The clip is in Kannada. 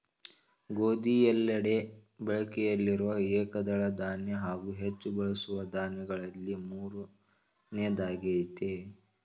ಗೋಧಿ ಎಲ್ಲೆಡೆ ಬಳಕೆಯಲ್ಲಿರುವ ಏಕದಳ ಧಾನ್ಯ ಹಾಗೂ ಹೆಚ್ಚು ಬಳಸುವ ದಾನ್ಯಗಳಲ್ಲಿ ಮೂರನೆಯದ್ದಾಗಯ್ತೆ